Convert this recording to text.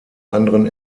anderen